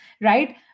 right